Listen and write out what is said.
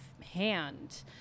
hand